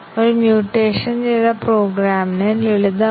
എന്നാൽ വളരെ ചെറിയ പ്രോഗ്രാമുകൾക്ക് മാത്രം